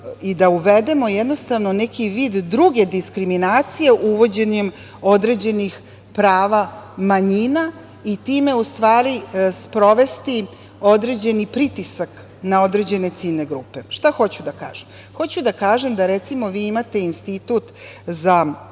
i da uvedemo jednostavno neki vid druge diskriminacije uvođenjem određenih prava manjina i time u stvari sprovesti određeni pritisak na određene ciljne grupe. Šta hoću da kažem? Hoću da kažem da, recimo, vi imate institut za